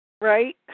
right